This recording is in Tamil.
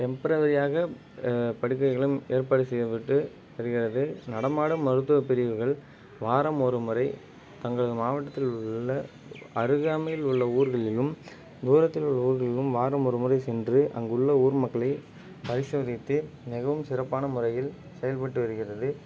டெம்ப்ரவரியாக படுக்கைகளும் ஏற்பாடு செய்யப்பட்டு வருகிறது நடமானடும் மருத்துவப்பிரிவுகள் வாரம் ஒரு முறை தங்களது மாவட்டத்தில் உள்ள அருகாமையில் உள்ள ஊர்களிலும் தூரத்தில் உள்ள ஊர்களிலும் வாரம் ஒரு முறை சென்று அங்குள்ள ஊர் மக்களை பரிசோதித்து மிகவும் சிறப்பான முறையில் செயல்பட்டு வருகிறது